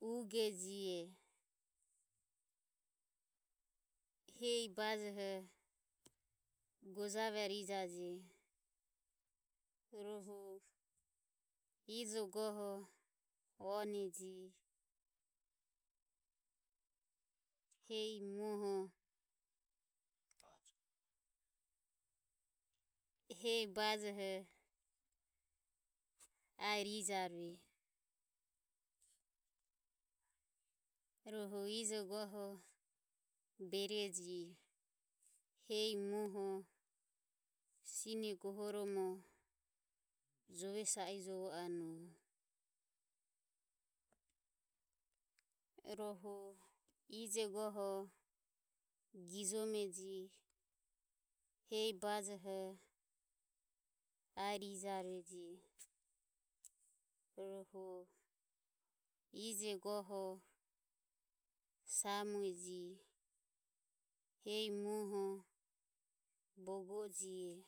Ugeji hehi bajoho gojave ijajeji rohu ijo goho Oneji hehi muho. hehi bajoho aero ijarueje. Rohu ijo goho Bereji hehi. Muoho sine goho romo jove saijovo anu, rohu ijo goho gijomeji hehi bajoho aiero ijaruji. rohu ijo goho Samue ji hehi muoho bogoji,